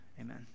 Amen